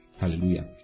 hallelujah